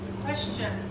question